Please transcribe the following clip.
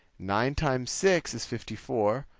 nine times six is fifty four.